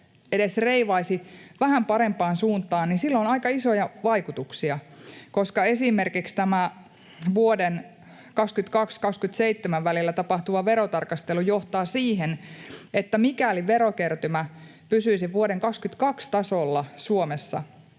edes vähän parempaan suuntaan, niin sillä on aika isoja vaikutuksia, koska esimerkiksi tämä vuosien 22—27 välillä tapahtuva verotarkastelu johtaa siihen, että mikäli verokertymä pysyisi vuoden 22 tasolla Suomessa,